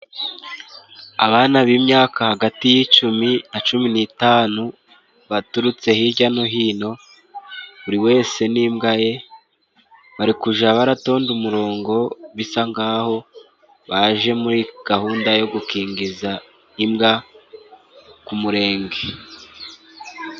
Abana b'imyaka hagati y'icumi na cumi n'itanu baturutse hirya no hino buri wese n'imbwa ye bari kuja baratonda umurongo bisa nk'aho baje muri gahunda yo gukingiza imbwa ku Murenge.